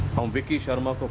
um vicky sharma?